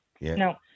no